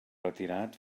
retirat